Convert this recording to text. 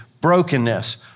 brokenness